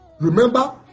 Remember